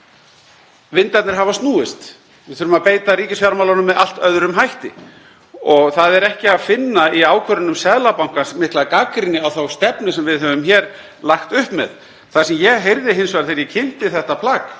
Vindarnir hafa snúist. Við þurfum að beita ríkisfjármálunum með allt öðrum hætti. Það er ekki að finna í ákvörðunum Seðlabankans mikla gagnrýni á þá stefnu sem við höfum hér lagt upp með. Það sem ég heyrði hins vegar þegar ég kynnti þetta plagg